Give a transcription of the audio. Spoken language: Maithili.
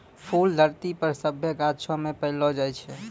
फूल धरती पर सभ्भे गाछौ मे पैलो जाय छै